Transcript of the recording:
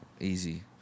easy